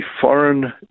foreign